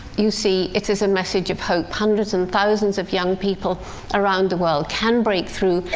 you see, it is a message of hope. hundreds and thousands of young people around the world can break through,